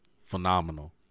phenomenal